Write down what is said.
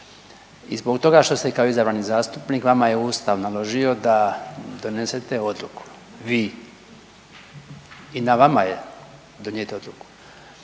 I zbog toga što ste kao izabrani zastupnik vama je Ustav naložio da donesete odluku vi i na vama je donijeti odluku.